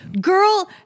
Girl